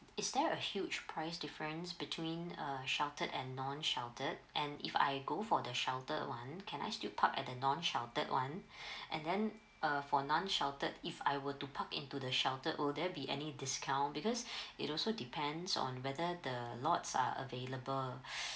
is there a huge price difference between uh sheltered and non sheltered and if I go for the sheltered one can I still park at the non sheltered one and then uh for non sheltered if I were to park into the sheltered will there be any discount because it also depends on whether the lots are available